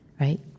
right